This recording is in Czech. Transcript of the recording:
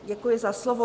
Děkuji za slovo.